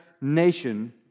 nation